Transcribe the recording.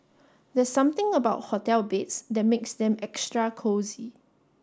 there's something about hotel beds that makes them extra cosy